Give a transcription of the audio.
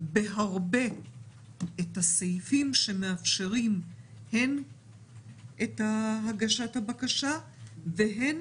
בהרבה את הסעיפים שמאפשרים הן את הגשת הבקשה והן